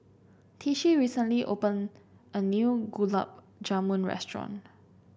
Tishie recently opened a new Gulab Jamun restaurant